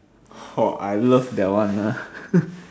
!ho! I love that one ah